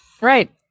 Right